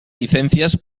licencias